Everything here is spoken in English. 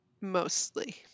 Mostly